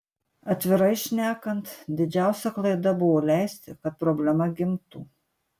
atvirai šnekant didžiausia klaida buvo leisti kad problema gimtų